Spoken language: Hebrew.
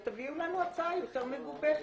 ותביאו לנו הצעה יותר מגובשת.